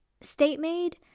state-made